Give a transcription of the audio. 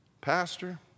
Pastor